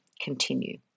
continue